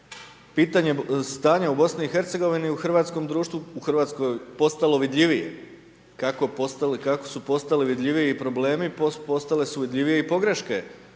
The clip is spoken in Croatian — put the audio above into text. hrvatskom društvu, u Hrvatskoj postalo vidljivije, kako su postali i vidljiviji i problemi, postale su vidljivije i pogreške